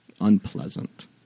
unpleasant